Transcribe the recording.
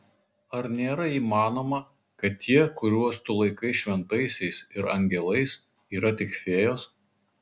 ar nėra įmanoma kad tie kuriuos tu laikai šventaisiais ir angelais yra tik fėjos